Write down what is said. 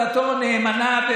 פינדרוס עשה את עבודתו נאמנה.